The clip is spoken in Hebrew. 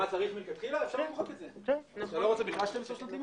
אפשר למחוק 12 שנות לימוד.